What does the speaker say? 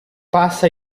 passa